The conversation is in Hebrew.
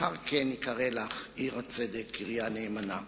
אחרי כן ייקרא לך עיר הצדק קריה נאמנה.